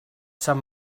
sant